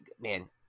man